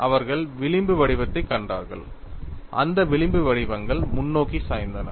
அவர்கள் விளிம்பு வடிவத்தைக் கண்டார்கள் அந்த விளிம்பு வடிவங்கள் முன்னோக்கி சாய்ந்தன